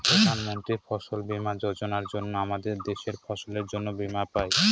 প্রধান মন্ত্রী ফসল বীমা যোজনার জন্য আমাদের দেশের ফসলের জন্যে বীমা পাই